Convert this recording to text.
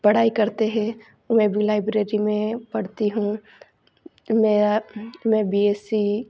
पढ़ाई करते हैं मैं भी लाइब्रेरी में पढ़ती हूँ मेरा मैं बी एस सी